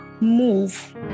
move